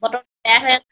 বতৰ বেয়া হৈ আছে